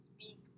speak